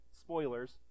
spoilers